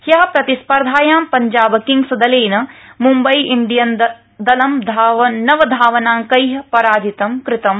हय प्रतिस्पर्धायां पञ्जाब किंग्सदलेन मुम्बई इण्डियन्सदलं नवधावनांकै पराजितं कृतम्